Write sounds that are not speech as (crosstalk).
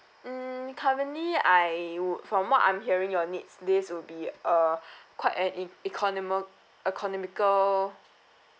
mm currently I would from what I'm hearing your needs this would be uh (breath) quite an e~ economo~ economical